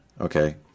okay